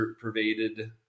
pervaded